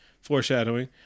Foreshadowing